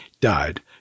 died